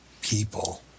people